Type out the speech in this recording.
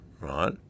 right